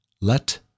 let